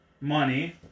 money